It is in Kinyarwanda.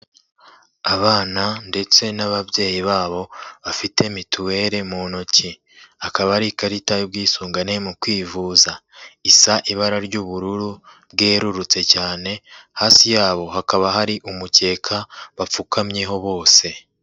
Abana ndetse n'ababyeyi babo bafite mituweli mu ntoki, akaba ari ikarita y'ubwisungane mu kwivuza isa ibara ry'ubururu bwerurutse cyane, hasi yabo hakaba hari umukeka bapfukamyeho bose.